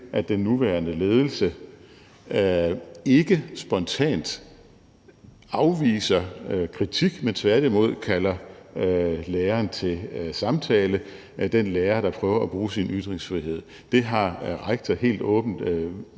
at den nuværende ledelse ikke spontant afviser kritik, men tværtimod kalder læreren til samtale; den lærer, der prøver at bruge sin ytringsfrihed. Det har rektor helt åbent